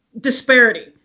disparity